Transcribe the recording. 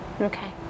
Okay